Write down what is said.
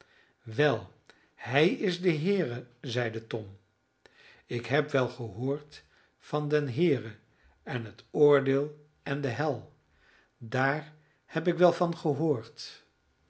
wel hij is de heere zeide tom ik heb wel gehoord van den heere en het oordeel en de hel daar heb ik wel van gehoord